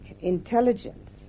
intelligence